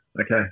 Okay